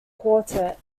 quartet